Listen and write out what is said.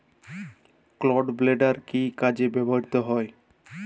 Clod breaker কি কাজে ব্যবহৃত হয়?